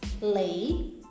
lay